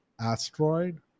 asteroid